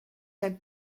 zijn